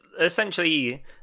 essentially